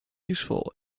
useful